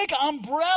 umbrella